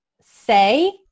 say